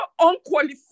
unqualified